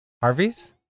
Harvey's